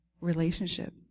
relationship